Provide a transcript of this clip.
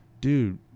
dude